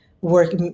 work